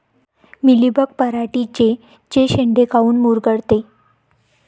Mealybug पराटीचे चे शेंडे काऊन मुरगळते?